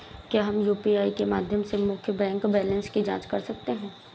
क्या हम यू.पी.आई के माध्यम से मुख्य बैंक बैलेंस की जाँच कर सकते हैं?